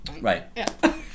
right